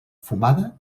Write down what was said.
fumada